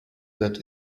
that